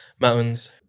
mountains